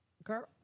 Girl